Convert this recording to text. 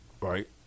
Right